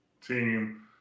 team